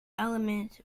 element